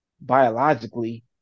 Biologically